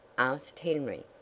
asked henry.